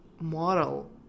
model